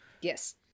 Yes